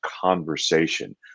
conversation